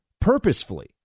purposefully